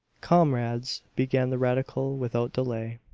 comrades, began the radical without delay,